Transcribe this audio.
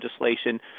legislation